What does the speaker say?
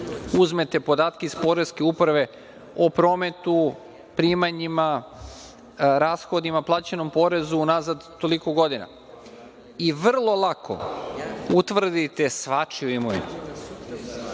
uzmete podatke iz poreske uprave o prometu, primanjima, rashodima, plaćenom porezu unazad toliko godina i vrlo lako utvrdite svačiju imovinu. Bilo